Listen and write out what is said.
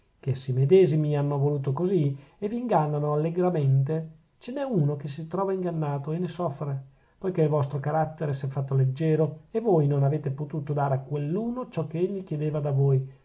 che essi medesimi hanno voluto così e v'ingannano allegramente ce n'è uno che si trova ingannato e ne soffre poichè il vostro carattere s'è fatto leggero e voi non avete potuto dare a quell'uno ciò ch'egli chiedeva da voi